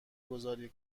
گذاری